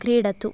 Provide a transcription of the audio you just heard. क्रीडतु